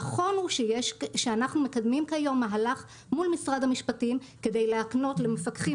נכון הוא שאנחנו מקדמים כיום מהלך מול משרד המשפטים כדי להקנות למפקחים